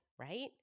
right